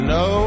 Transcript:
no